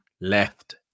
left